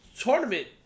tournament